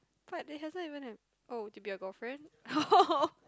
but it hasn't even hap~ oh to be a your girlfriend oh